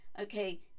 okay